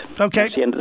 Okay